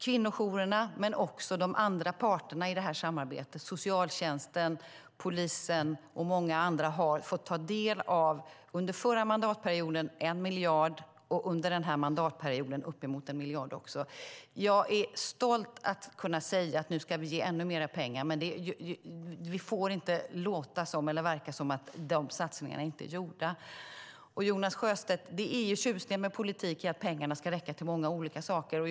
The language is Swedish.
Kvinnojourerna och de andra parterna i samarbetet - socialtjänsten, polisen och många andra - fick ta del av en miljard kronor under den förra mandatperioden och upp mot en miljard även under den här mandatperioden. Jag är stolt över att kunna säga att vi ska ge ännu mer pengar, men det får inte låta som om det inte har gjorts några satsningar. Till Jonas Sjöstedt vill jag säga att en av tjusningarna med politik är att pengarna ska räcka till många saker.